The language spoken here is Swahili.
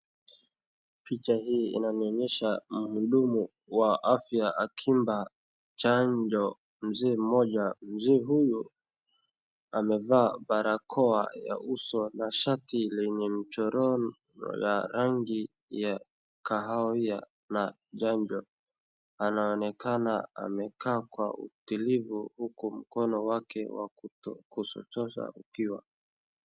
Picha hii inanionyesha mhudumu wa afya akimpa chanjo mzee mmoja. Mzee huyu amevaa barakoa ya uso na shati yenye mchoro ya rangi ya kahawia na njano. Anaonekana amekaa kwa utulifu huku mkono wake wa kushoto ukiwa.